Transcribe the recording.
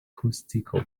acústico